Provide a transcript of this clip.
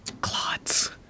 clots